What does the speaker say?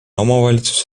omavalitsuse